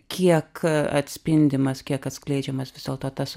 kiek atspindimas kiek atskleidžiamas vis dėlto tas